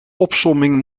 opsomming